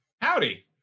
Howdy